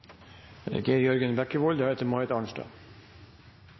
Geir Jørgen Bekkevold